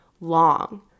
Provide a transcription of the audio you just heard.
long